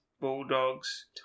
Bulldogs